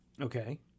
Okay